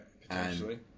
potentially